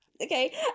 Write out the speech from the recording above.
okay